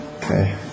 Okay